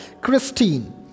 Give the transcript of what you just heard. Christine